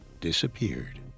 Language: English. disappeared